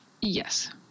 Yes